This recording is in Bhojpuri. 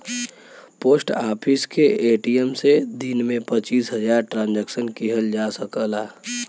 पोस्ट ऑफिस के ए.टी.एम से दिन में पचीस हजार ट्रांसक्शन किहल जा सकला